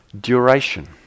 Duration